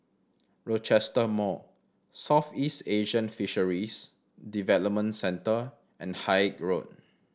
Rochester Mall Southeast Asian Fisheries Development Centre and Haig Road